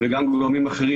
-- וגם גורמים אחרים,